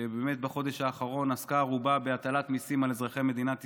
שבאמת בחודש האחרון עסקה רובה בהטלת מיסים על אזרחי מדינת ישראל.